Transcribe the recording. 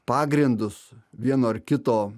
pagrindus vieno ar kito